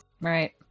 Right